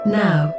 now